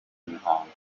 mihango